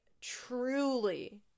truly